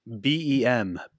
B-E-M